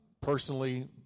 personally